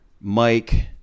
Mike